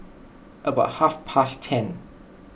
about half past ten